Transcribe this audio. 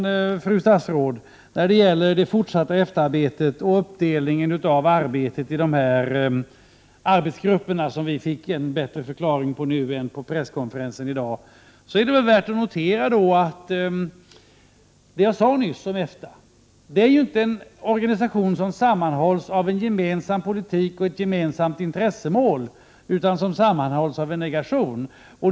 När det sedan gäller det fortsatta EFTA-arbetet och uppdelningen av arbetet på de olika arbetsgrupperna, Anita Gradin — här fick vi nu en bättre förklaring än den som vi fick på presskonferensen tidigare i dag — är det väl värt att notera vad jag nyss sade om EFTA. Det är ju inte fråga om en organisation som sammanhålls genom en gemensam politik och ett gemensamt intresse, utan det handlar om en organisation som sammanhålls genom en negation.